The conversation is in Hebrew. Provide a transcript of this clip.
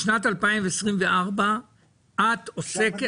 בשנת 2024 את עוסקת,